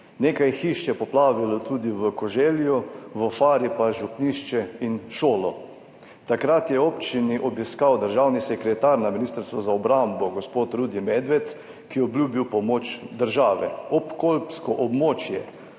Nekaj hiš je poplavilo tudi v Koželju, v Fari pa župnišče in šolo. Takrat je občino obiskal državni sekretar na Ministrstvu za obrambo, gospod Rudi Medved, ki je obljubil pomoč države. Obkolpsko območje